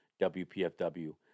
WPFW